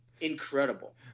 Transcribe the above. incredible